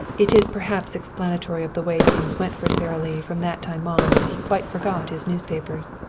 it is perhaps explanatory of the way things went for sara lee from that time on that he quite forgot his newspapers.